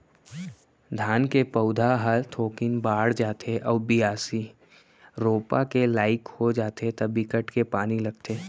धान के पउधा ह थोकिन बाड़ जाथे अउ बियासी, रोपा के लाइक हो जाथे त बिकट के पानी लगथे